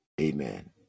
Amen